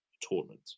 tournament